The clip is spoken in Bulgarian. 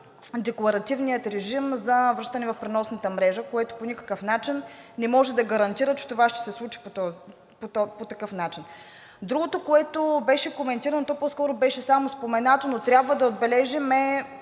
декларативния режим за връщане в преносната мрежа, което по никакъв начин не може да гарантира, че това ще се случи по такъв начин. Другото, което беше коментирано, то по-скоро беше само споменато, но трябва да отбележим, е